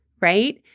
Right